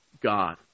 God